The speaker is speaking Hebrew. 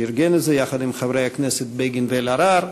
שארגן את זה יחד עם חברי הכנסת בגין ואלהרר,